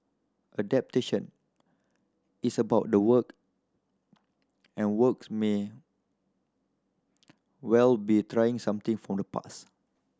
adaptation is about the work and works may well be trying something from the past